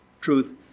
truth